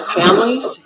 families